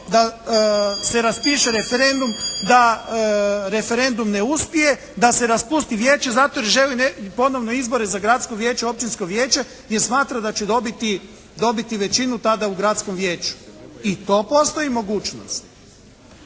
da se raspiše referendum, da referendum ne uspije, da se raspusti vijeće zato jer želi ponovno izbore za gradsko vijeće, općinsko vijeće jer smatra da će dobiti većinu tada u gradskom vijeću. I to postoji mogućnost.